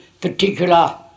particular